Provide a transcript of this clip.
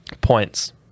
points